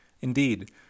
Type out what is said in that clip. Indeed